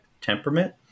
temperament